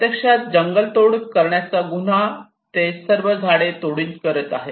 प्रत्यक्षात जंगलतोड करण्याच्या गुन्हा ते सर्व झाडे तोडून करत आहेत